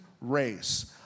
race